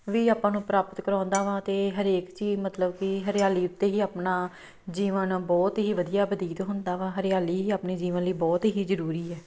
ਵੀ ਆਪਾਂ ਨੂੰ ਪ੍ਰਾਪਤ ਕਰਵਾਉਂਦਾ ਵਾ ਅਤੇ ਹਰੇਕ ਚੀਜ਼ ਮਤਲਬ ਕਿ ਹਰਿਆਲੀ ਉੱਤੇ ਹੀ ਆਪਣਾ ਜੀਵਨ ਬਹੁਤ ਹੀ ਵਧੀਆ ਬਤੀਤ ਹੁੰਦਾ ਵਾ ਹਰਿਆਲੀ ਹੀ ਆਪਣੇ ਜੀਵਨ ਲਈ ਬਹੁਤ ਹੀ ਜ਼ਰੂਰੀ ਹੈ